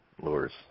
lures